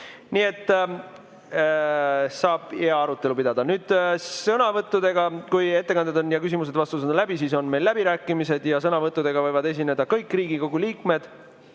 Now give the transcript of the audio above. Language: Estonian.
Nii et saab hea arutelu pidada. Nüüd, kui ettekanded on ja küsimused ja vastused on läbi, siis on meil läbirääkimised. Sõnavõttudega võivad esineda kõik Riigikogu liikmed